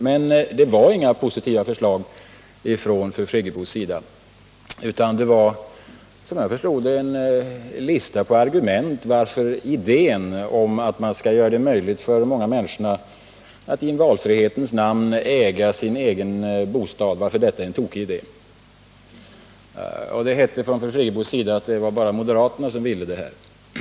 Men det var inga positiva förslag från fru Friggebos sida. Såvitt jag förstår var det en lista på argument som skulle visa att det är en tokig idé att göra det möjligt för de många människorna att i valfrihetens namn äga en egen bostad. Fru Friggebo sade att det var bara moderaterna som ville det här.